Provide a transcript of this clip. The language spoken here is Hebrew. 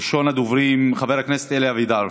ראשון הדוברים, חבר הכנסת אלי אבידר,